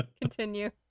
continue